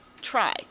try